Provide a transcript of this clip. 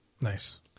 nice